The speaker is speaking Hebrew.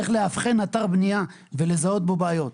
איך לאבחן אתר בנייה ולזהות בו בעיות.